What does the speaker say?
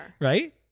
Right